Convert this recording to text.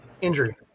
injury